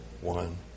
one